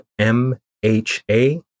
MHA